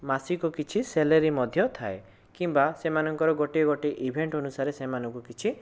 ମାସିକ କିଛି ସେଲେରି ମଧ୍ୟ ଥାଏ କିମ୍ବା ସେମାନଙ୍କର ଗୋଟିଏ ଗୋଟିଏ ଇଭେଣ୍ଟ ଅନୁସାରେ ସେମାନଙ୍କୁ କିଛି